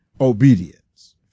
obedience